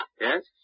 Yes